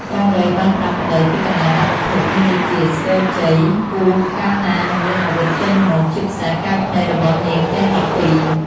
កង្រីបានប្រាប់ប្តីពីកន្លែងដាក់វត្ថុមានដូចជាស្គរជ័យ គោះកាលណានឹងមានអាវុធចេញមក ជាពិសេសកែវភ្នែករបស់នាងទាំង១២។